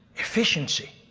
efficiency.